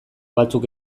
batzuk